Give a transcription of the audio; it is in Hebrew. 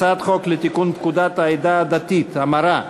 הצעת חוק לתיקון פקודת העדה הדתית (המרה)